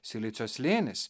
silicio slėnis